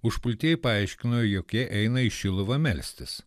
užpultieji paaiškino jog jie eina į šiluvą melstis